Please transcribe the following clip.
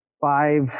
five